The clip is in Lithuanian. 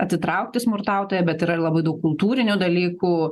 atitraukti smurtautoją bet yra ir labai daug kultūrinių dalykų